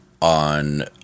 on